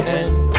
end